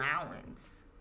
allowance